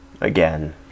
again